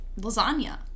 lasagna